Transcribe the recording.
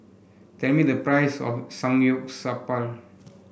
tell me the price of Samgyeopsal